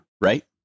right